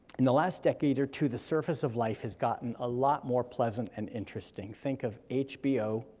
in the last decade or two, the surface of life has gotten a lot more pleasant and interesting think of hbo,